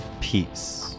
peace